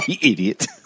idiot